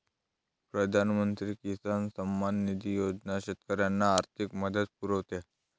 प्रधानमंत्री किसान सन्मान निधी योजना शेतकऱ्यांना आर्थिक मदत पुरवते